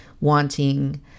wanting